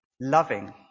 loving